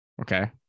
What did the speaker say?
Okay